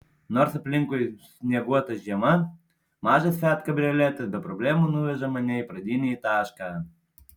nors aplinkui snieguota žiema mažas fiat kabrioletas be problemų nuveža mane į pradinį tašką